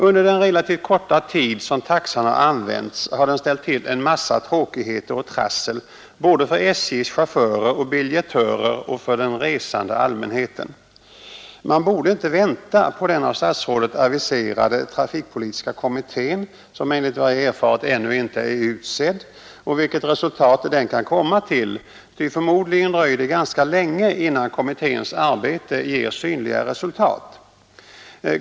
Under den relativt korta tid som taxan har använts har den ställt till en massa tråkigheter och trassel både för SJ:s chaufförer och biljettörer och för den resande allmänheten. Man borde inte vänta på den av statsrådet aviserade trafikpolitiska kommittén, som enligt vad jag erfarit ännu icke är tillsatt, och vilket resultat den kan komma till, ty förmodligen dröjer det ganska länge innan kommitténs arbete ger synliga resultat.